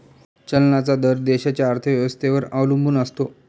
चलनाचा दर देशाच्या अर्थव्यवस्थेवर अवलंबून असतो